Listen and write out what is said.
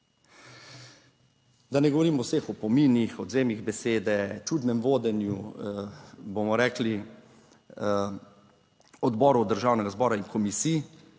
Da ne govorim o vseh opominih, odvzemih besede, čudnem vodenju, bomo rekli, odborov Državnega zbora in komisij,